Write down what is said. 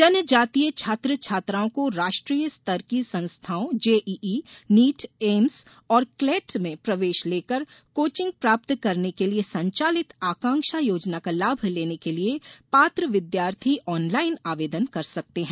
जनजातीय छात्र छात्राओं को राष्ट्रीय स्तर की संस्थाओं जेईई नीट एम्स और क्लेट में प्रवेश लेकर कोचिग प्राप्त करने के लिए संचालित आकांक्षा योजना का लाभ लेने के लिए पात्र विद्यार्थी आनलाइन आवेदन कर सकते है